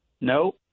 no